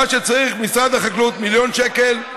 מה שצריך: משרד החקלאות, מיליון שקל,